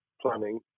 planning